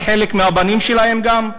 וחלק מהבנים שלהם גם.